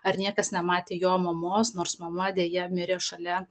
ar niekas nematė jo mamos nors mama deja mirė šalia